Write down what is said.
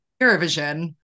Eurovision